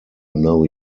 know